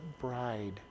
bride